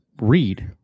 read